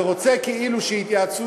ורוצה כאילו שיתייעצו,